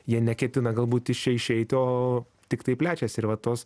jie neketina galbūt iš čia išeiti o tiktai plečiasi ir va tos